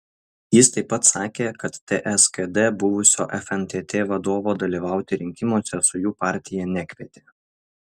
jis taip pat sakė kad ts kd buvusio fntt vadovo dalyvauti rinkimuose su jų partija nekvietė